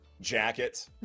jacket